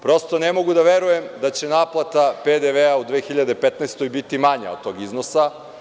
Prosto ne mogu da verujem da će naplata PDV u 2015. godini biti manja od tog iznosa.